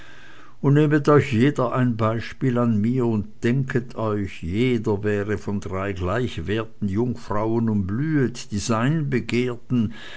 und nehmet euch jeder ein beispiel an mir und denket euch jeder wäre von drei gleich werten jungfrauen umblühet die sein begehrten